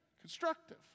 constructive